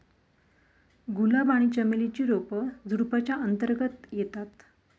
गुलाब आणि चमेली ची रोप झुडुपाच्या अंतर्गत येतात